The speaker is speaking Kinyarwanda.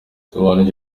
sobanukirwa